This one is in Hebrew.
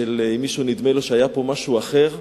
שאם מישהו נדמה לו שהיה פה משהו אחר,